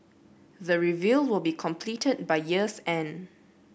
the review will be completed by year's end